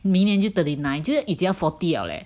明年就 thirty nine 就是已经要 forty liao leh